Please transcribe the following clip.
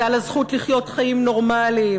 זה על הזכות לחיות חיים נורמליים,